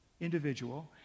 individual